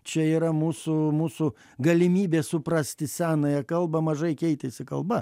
čia yra mūsų mūsų galimybė suprasti senąją kalbą mažai keitėsi kalba